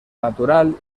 natural